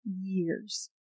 years